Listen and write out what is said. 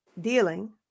dealing